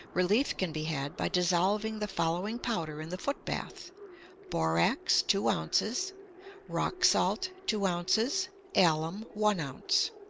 relief can be had by dissolving the following powder in the foot bath borax, two ounces rock salt, two ounces alum, one ounce.